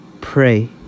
pray